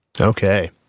Okay